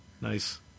Nice